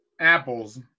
Apples